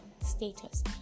status